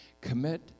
commit